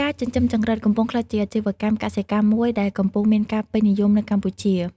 ការចិញ្ចឹមចង្រិត កំពុងក្លាយជាអាជីវកម្មកសិកម្មមួយដែលកំពុងមានការពេញនិយមនៅកម្ពុជា។